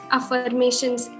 affirmations